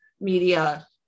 media